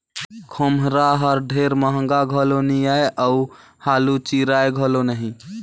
खोम्हरा हर ढेर महगा घलो नी आए अउ हालु चिराए घलो नही